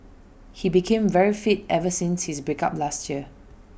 he became very fit ever since his break up last year